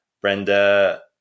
Brenda